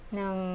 ng